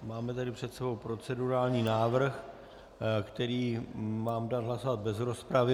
Máme tady před sebou procedurální návrh, který mám dát hlasovat bez rozpravy.